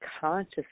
conscious